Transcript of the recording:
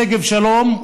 בשגב שלום,